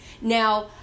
Now